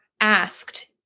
asked